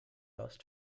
lost